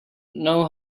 know